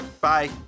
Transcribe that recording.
Bye